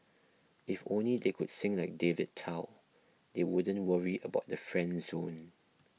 if only they could sing like David Tao they wouldn't worry about the friend zone